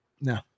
No